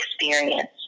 experience